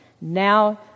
Now